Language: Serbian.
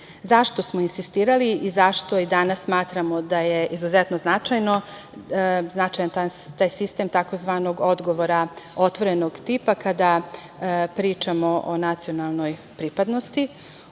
drugi.Zašto smo insistirali i zašto i danas smatramo da je izuzetno značajan taj sistem, tzv. odgovora otvorenog tipa kada pričamo o nacionalnoj pripadnosti?